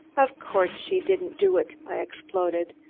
of course she didn't do it! i exploded.